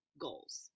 goals